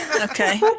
okay